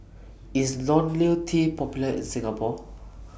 IS Ionil T Popular in Singapore